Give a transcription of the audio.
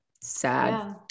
Sad